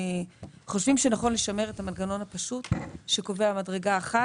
חושבים שנכון לשמר את המנגנון הפשוט שקובע מדרגה אחת.